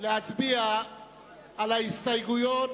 להצביע על ההסתייגויות